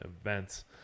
events